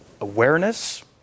awareness